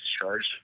discharged